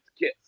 kiss